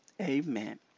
Amen